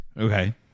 Okay